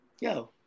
Yo